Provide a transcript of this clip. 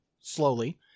slowly